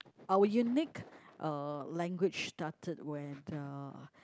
our unique uh language started when uh